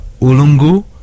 Ulungu